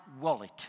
wallet